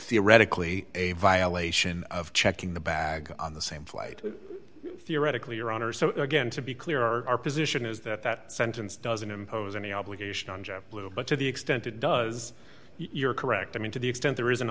oretically a violation of checking the bag on the same flight d theoretically your honor so again to be clear or our position is that that sentence doesn't impose any obligation on jet blue but to the extent it does you're correct i mean to the extent there is an